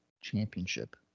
Championship